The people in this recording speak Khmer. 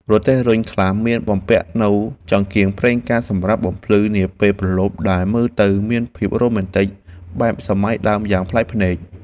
រទេះរុញខ្លះមានបំពាក់នូវចង្កៀងប្រេងកាតសម្រាប់បំភ្លឺនាពេលព្រលប់ដែលមើលទៅមានភាពរ៉ូមែនទិកបែបសម័យដើមយ៉ាងប្លែកភ្នែក។